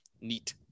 Neat